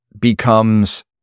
becomes